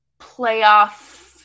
playoff